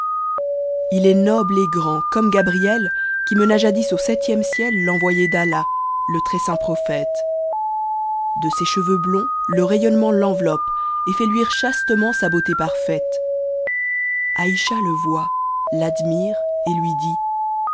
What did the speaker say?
il est noble et grand comme gabriel qui mena jadis au septième ciel l'envoyé d'ahah le très saint prophète de ses cheveux blonds le rayonnement l'enveloppe et jfait ïuire chastement sa beauté parfaite ayschà jte voit l'admire et ïn dit